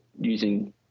using